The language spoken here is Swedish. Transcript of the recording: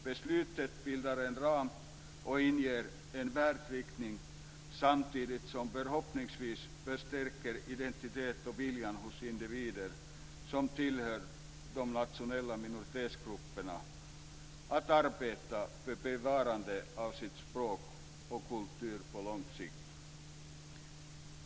Beslutet bildar en ram och inger en färdriktning samtidigt som det förhoppningsvis förstärker identiteten och viljan hos individer som tillhör de nationella minoritetsgrupperna att arbeta för bevarandet av sina språk och kulturer på lång sikt.